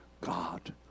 God